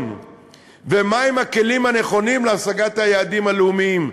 ומה הם הכלים הנכונים להשגת היעדים הלאומיים,